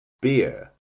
Beer